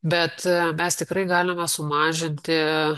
bet mes tikrai galime sumažinti